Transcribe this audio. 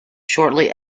shortly